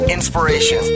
Inspiration